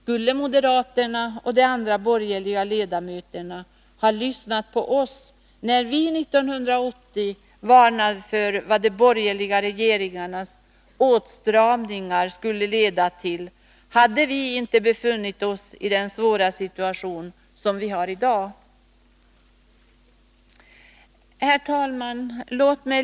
Om moderater och andra borgerliga ledamöter lyssnat på oss när vi 1980 varnade för vad de borgerliga regeringarnas åtstramningar skulle leda till, hade vi inte befunnit oss i den svåra situation där vi är i dag. Herr talman!